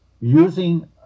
using